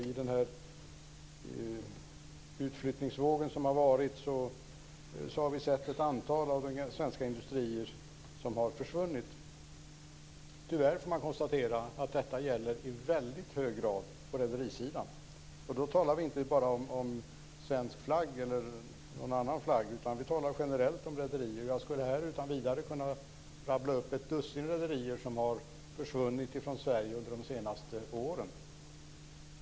I den utflyttningsvåg som har varit har vi sett att ett antal svenska industrier har försvunnit. Tyvärr kan man konstatera att det i väldigt hög grad gäller på rederisidan. Och då talar vi inte bara om svensk flagg eller någon annan flagg, utan vi talar generellt om rederier. Jag skulle utan vidare kunna rabbla upp ett dussin rederier som har försvunnit från Sverige under de senaste åren.